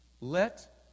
Let